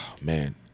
man